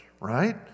right